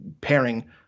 pairing